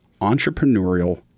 entrepreneurial